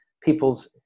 people's